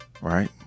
right